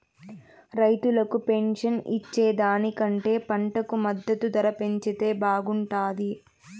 రైతులకు పెన్షన్ ఇచ్చే దానికంటే పంటకు మద్దతు ధర పెంచితే బాగుంటాది